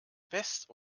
west